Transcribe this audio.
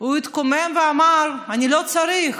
הוא התקומם ואמר: אני לא צריך,